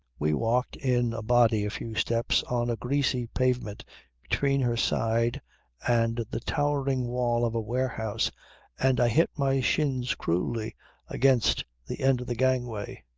we walked in a body a few steps on a greasy pavement between her side and the towering wall of a warehouse and i hit my shins cruelly against the end of the gangway.